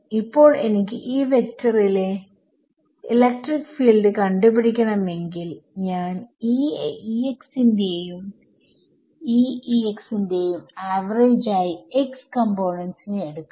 ഇപ്പോൾ എനിക്ക് ഈ വെക്ടറിലെ ഇലക്ട്രിക് ഫീൽഡ് കണ്ടു പിടിക്കണമെങ്കിൽ ഞാൻ ഈ ന്റെയും ഈ ന്റെയും ആവറേജ് ആയി x കമ്പോണെന്റ് നെ എടുക്കണം